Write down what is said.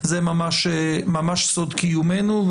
זה ממש סוד קיומנו.